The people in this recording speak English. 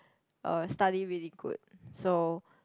uh study really good so